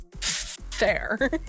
fair